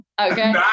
Okay